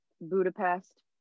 Budapest